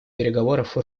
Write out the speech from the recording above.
переговоров